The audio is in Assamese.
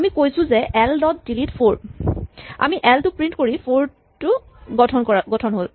আমি কৈছো যে এল ডট ডিলিট ফ'ৰ আমি এল টো প্ৰিন্ট কৰি ফ'ৰ টো গঠন হ'ল